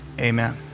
amen